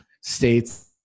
states